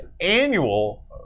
annual